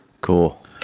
Cool